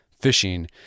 fishing